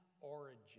origin